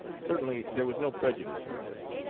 certainly there was no prejudice in this.